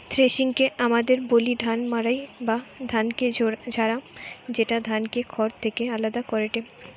থ্রেশিংকে আমদের বলি ধান মাড়াই বা ধানকে ঝাড়া, যেটা ধানকে খড় থেকে আলদা করেটে